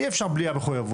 אי אפשר בלי המחויבות,